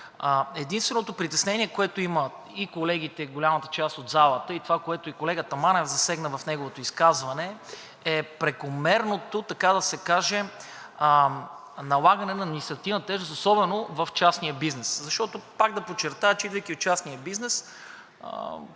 Единственото притеснение, което имат и колегите, и голямата част от залата, и това, което и колегата Манев засегна в неговото изказване, е прекомерното, така да се каже, налагане на административна тежест особено в частния бизнес. Защото, пак да подчертая, че идвайки от частния бизнес,